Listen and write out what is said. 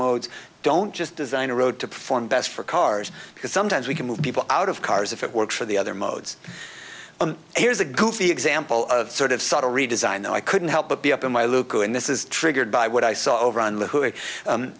modes don't just design a road to perform best for cars because sometimes we can move people out of cars if it works for the other modes here's a goofy example of sort of subtle redesign i couldn't help but be up in my luca and this is triggered by what i saw